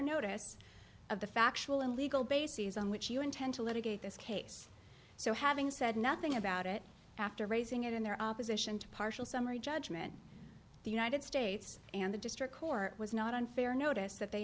notice of the factual and legal basis on which you intend to litigate this case so having said nothing about it after raising it in their opposition to partial summary judgment the united states and the district court was not unfair notice that they